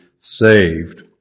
saved